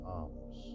arms